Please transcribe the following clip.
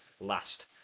last